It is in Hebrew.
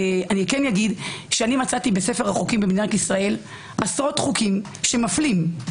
מצאתי בספר החוקים במדינת ישראל עשרות חוקים שמפלים,